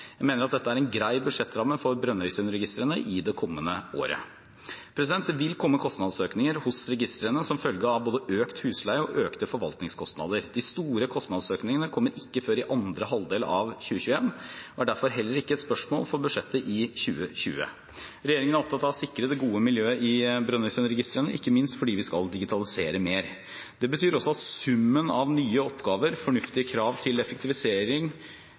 Jeg mener dette er en grei budsjettramme for Brønnøysundregistrene i det kommende året. Det vil komme kostnadsøkninger hos Brønnøysundregistrene som følge av både økt husleie og økte forvaltningskostnader. De store kostnadsøkningene kommer ikke før i andre halvdel av 2021, og er derfor heller ikke et spørsmål for budsjettet for 2020. Regjeringen er opptatt av å sikre det gode miljøet i Brønnøysundregistrene, ikke minst fordi vi skal digitalisere mer. Det betyr at summen av nye oppgaver, fornuftige krav til effektivisering